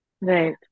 right